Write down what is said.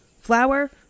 flour